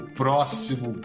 próximo